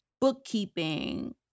bookkeeping